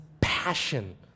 passion